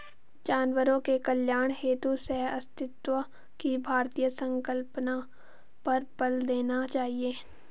जानवरों के कल्याण हेतु सहअस्तित्व की भारतीय संकल्पना पर बल देना चाहिए